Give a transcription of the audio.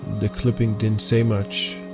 the clipping didn't say much,